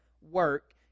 work